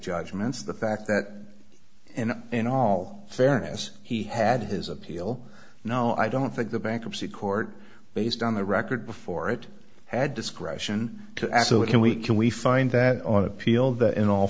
judgments the fact that and in all fairness he had his appeal no i don't think the bankruptcy court based on the record before it had discretion to ask what can we can we find that on appeal that in all